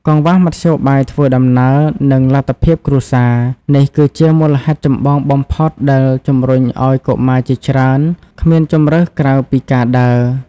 កង្វះមធ្យោបាយធ្វើដំណើរ និងលទ្ធភាពគ្រួសារ នេះគឺជាមូលហេតុចម្បងបំផុតដែលជំរុញឲ្យកុមារជាច្រើនគ្មានជម្រើសក្រៅពីការដើរ។